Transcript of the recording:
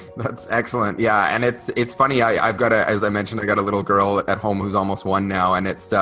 that's excellent yeah and it's it's funny i've got ah as i mentioned i got a little girl at home who's almost one now and it's,